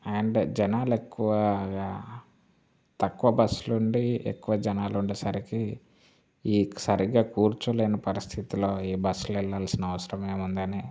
and జనాలు ఎక్కువగా తక్కువ బస్సులు ఉండి ఎక్కువ జనాలు ఉండేసరికి ఈ సరిగ్గా కూర్చోలేని పరిస్థితుల్లో ఈ బస్సులు వెళ్ళాల్సిన అవసరం ఏముందని